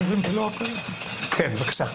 בבקשה.